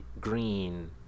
green